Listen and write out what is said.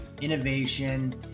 innovation